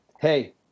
hey